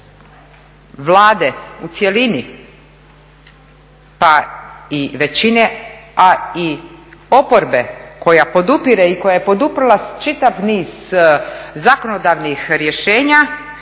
Vlade u cjelini, pa i većine, a i oporbe koja podupire i koja je poduprla čitav niz zakonodavnih rješenja